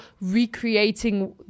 recreating